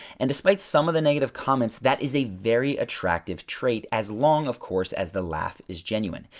and despite some of the negative comments, that is a very attractive trait as long, of course, as the laugh is genuine.